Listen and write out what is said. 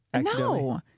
No